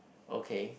okay